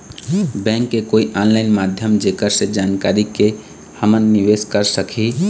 Bank के कोई online माध्यम जेकर से जानकारी के के हमन निवेस कर सकही?